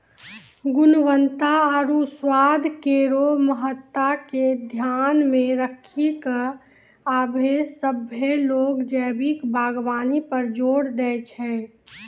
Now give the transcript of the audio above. गुणवत्ता आरु स्वाद केरो महत्ता के ध्यान मे रखी क आबे सभ्भे लोग जैविक बागबानी पर जोर दै छै